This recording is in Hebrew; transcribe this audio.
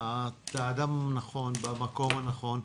את האדם הנכון במקום הנכון.